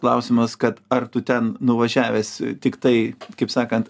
klausimas kad ar tu ten nuvažiavęs tiktai kaip sakant